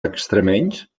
extremenys